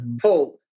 Paul